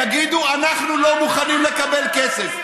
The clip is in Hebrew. יגידו: אנחנו לא מוכנים לקבל כסף.